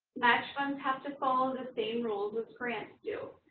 match funds have to follow the same rules as grants do.